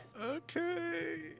Okay